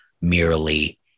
merely